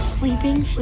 Sleeping